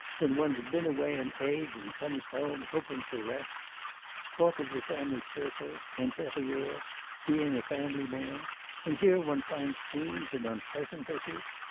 when one's been away an age, and comes home hoping for rest talk of the family circle, interieur, being a family man and here one finds scenes and unpleasantnesses.